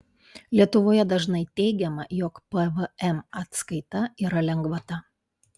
lietuvoje dažnai teigiama jog pvm atskaita yra lengvata